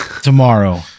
tomorrow